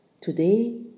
today